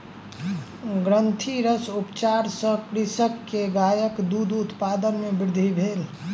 ग्रंथिरस उपचार सॅ कृषक के गायक दूध उत्पादन मे वृद्धि भेल